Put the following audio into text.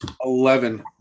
Eleven